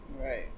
Right